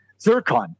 zircon